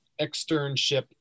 externship